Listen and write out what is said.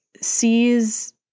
sees